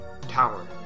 tower